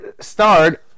starred